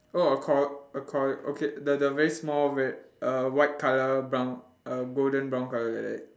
oh a corg~ a corg~ okay the the very small ver~ uh white colour brown uh golden brown colour like that